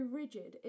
rigid